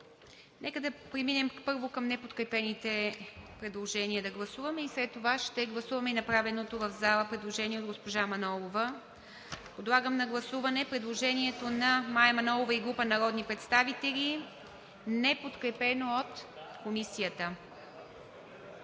Нека да гласуваме първо неподкрепените предложения и след това ще гласуваме направеното в залата предложение на госпожа Манолова. Подлагам на гласуване предложението на Мая Манолова и група народни представители, неподкрепено от Комисията.